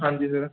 ਹਾਂਜੀ ਸਰ